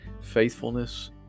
faithfulness